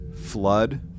flood